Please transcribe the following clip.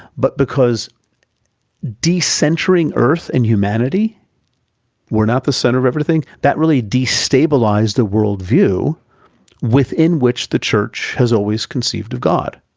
but because decentering earth and humanity we're not the center of everything that really destabilized the worldview within which the church has always conceived of god.